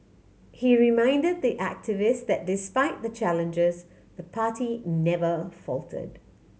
he reminded the activists that despite the challenges the party never faltered